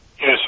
Yes